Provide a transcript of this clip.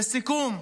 לסיכום,